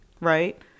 right